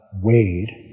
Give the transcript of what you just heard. weighed